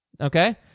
Okay